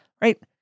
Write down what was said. right